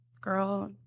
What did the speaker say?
girl